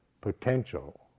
potential